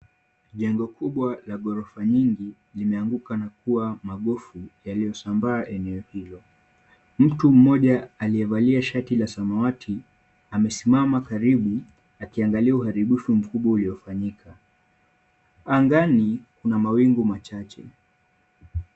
Jengo kubwa la ghorofa nyingi imeanguka na kuwa mabovu yaliyosambaa eneo hilo. Mtu mmoja aliyevalia shati la samawati amesimama karibu akiangalia uharibifu mkubwa uliofanyika. Angani, kuna mawingu machache.